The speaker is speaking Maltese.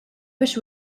biex